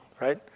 right